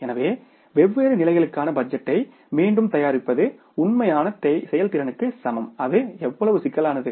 எனவே வெவ்வேறு நிலைகளுக்கான பட்ஜெட்டை மீண்டும் தயாரிப்பது உண்மையான செயல்திறனுக்கு சமம் அது எவ்வளவு சிக்கலானது